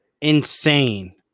insane